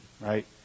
right